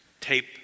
tape